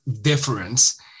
difference